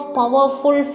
powerful